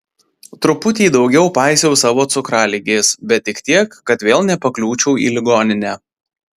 truputį daugiau paisiau savo cukraligės bet tik tiek kad vėl nepakliūčiau į ligoninę